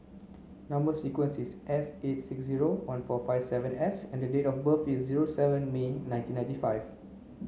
number sequence is S eight six zero one four five seven S and date of birth is zero seven May nineteen ninety five